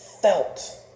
felt